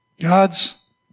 God's